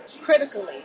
critically